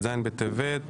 ט"ז בטבת,